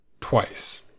twice